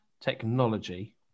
technology